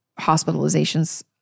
hospitalizations